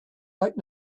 right